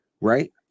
right